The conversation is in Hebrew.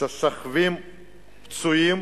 ששוכבים עליהן פצועים